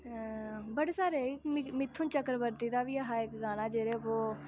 बड़े सारे मित्थुन चक्रवर्ती दा बी ऐ हा इक गाना जेह्ड़े पर ओह्